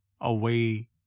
away